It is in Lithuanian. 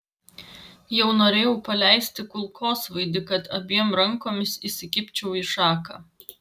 jau norėjau paleisti kulkosvaidį kad abiem rankomis įsikibčiau į šaką